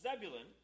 Zebulun